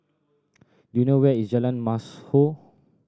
do you know where is Jalan Mashhor